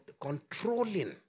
controlling